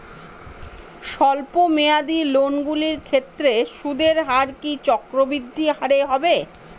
স্বল্প মেয়াদী লোনগুলির ক্ষেত্রে সুদের হার কি চক্রবৃদ্ধি হারে হবে?